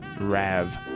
Rav